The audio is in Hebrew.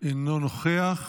אינו נוכח,